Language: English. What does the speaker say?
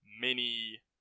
mini